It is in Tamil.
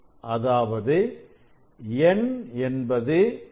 அதாவது n என்பது 5